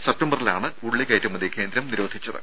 സെപ്തംബറിലാണ് ഉള്ളി കയറ്റുമതി കേന്ദ്രം നിരോധിച്ചത്